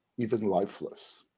even lifeless.